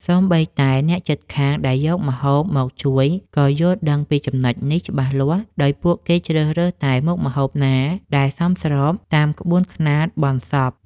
សូម្បីតែអ្នកជិតខាងដែលយកម្ហូបមកជួយក៏យល់ដឹងពីចំណុចនេះច្បាស់លាស់ដោយពួកគេជ្រើសរើសតែមុខម្ហូបណាដែលសមស្របតាមក្បួនខ្នាតបុណ្យសព។